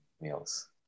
meals